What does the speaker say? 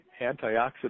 antioxidant